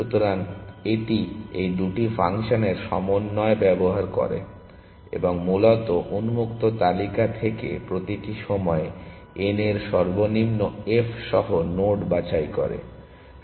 সুতরাং এটি এই দুটি ফাংশনের সমন্বয় ব্যবহার করে এবং মূলত উন্মুক্ত তালিকা থেকে প্রতিটি সময়ে n এর সর্বনিম্ন f সহ নোড বাছাই করে